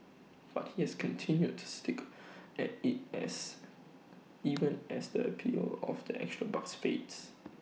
but he has continued to stick at IT as even as the appeal of the extra bucks fades